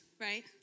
right